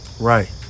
Right